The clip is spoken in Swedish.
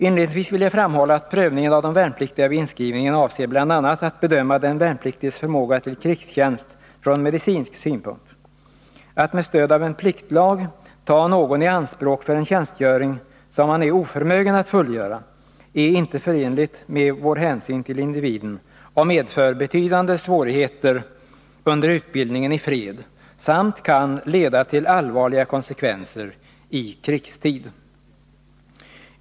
Inledningsvis vill jag framhålla att prövningen av de värnpliktiga vid inskrivningen avser bl.a. att bedöma den värnpliktiges förmåga till krigstjänst från medicinsk synpunkt. Att med stöd av en pliktlag ta någon i anspråk för en tjänstgöring som han är oförmögen att fullgöra är inte förenligt med vår hänsyn till individen och medför betydande svårigheter under utbildningen i fred samt kan leda till allvarliga konsekvenser i krigstid.